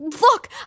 Look